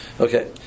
okay